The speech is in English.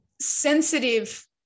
sensitive